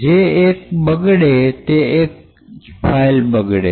જે એક બગડે તે એક જ ફાઈલ બગડે